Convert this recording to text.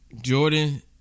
Jordan